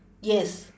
yes